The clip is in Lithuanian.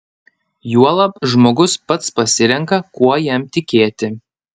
juolab žmogus pats pasirenka kuo jam tikėti